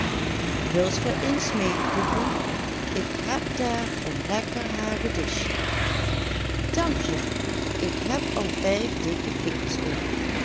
wilt ge eens meêproeven ik heb daar een lekker hagedisje dank je ik heb al vijf dikke kikkers op